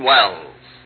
Wells